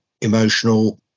emotional